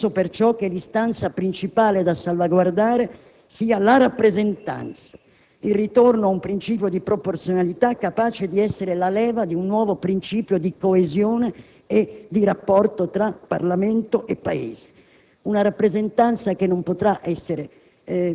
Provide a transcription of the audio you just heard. Penso perciò che l'istanza principale da salvaguardare sia la rappresentanza, il ritorno a un principio di proporzionalità capace di essere la leva di un nuovo principio di coesione e di rapporto tra Parlamento e Paese; una rappresentanza che non potrà diventare